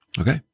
Okay